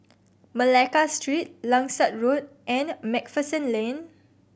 Malacca Street Langsat Road and Macpherson Lane